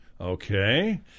Okay